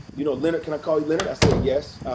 you know leonard, can i call you leonard? i said, yes.